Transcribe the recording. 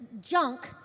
junk